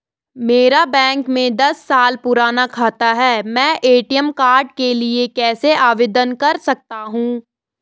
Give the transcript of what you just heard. मेरा बैंक में दस साल पुराना खाता है मैं ए.टी.एम कार्ड के लिए कैसे आवेदन कर सकता हूँ?